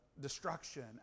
destruction